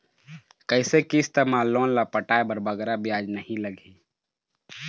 कइसे किस्त मा लोन ला पटाए बर बगरा ब्याज नहीं लगही?